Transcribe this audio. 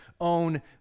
own